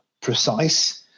precise